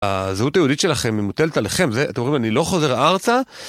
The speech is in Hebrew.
הזהות היהודית שלכם היא מוטלת לכם, אתם רואים, אני לא חוזר ארצה.